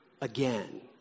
again